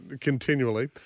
continually